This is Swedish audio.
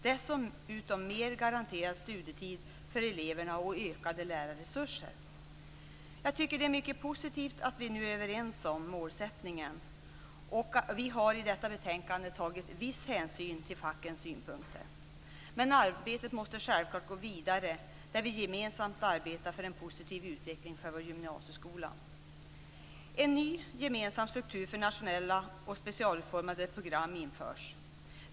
Dessutom behövs det mer garanterad studietid för eleverna och ökade lärarresurser. Jag tycker att det är mycket positivt att vi är överens om målsättningen, och vi har i detta betänkande tagit viss hänsyn till fackens synpunkter. Men arbetet måste självklart gå vidare, där vi gemensamt arbetar för en positiv utveckling för vår gymnasieskola. En ny gemensam struktur för nationella och specialutformade program införs.